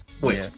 Wait